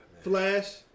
Flash